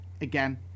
Again